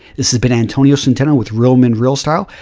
this has been antonio centeno with real men real style.